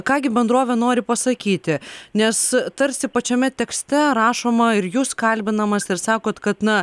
ką gi bendrovė nori pasakyti nes tarsi pačiame tekste rašoma ir jūs kalbinamas ir sakot kad na